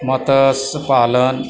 मत्स्य पालन